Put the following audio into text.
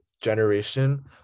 generation